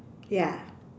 ya